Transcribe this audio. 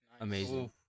amazing